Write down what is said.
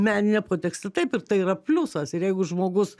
meniniam kontekste taip ir tai yra pliusas ir jeigu žmogus